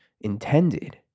intended